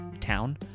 town